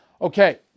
Okay